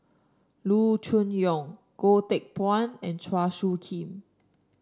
Loo Choon Yong Goh Teck Phuan and Chua Soo Khim